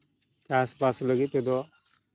ᱪᱟᱥᱼᱵᱟᱥ ᱞᱟᱹᱜᱤᱫ ᱛᱮᱫᱚ